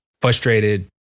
frustrated